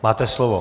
Máte slovo.